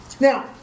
Now